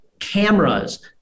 Cameras